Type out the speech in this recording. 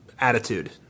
attitude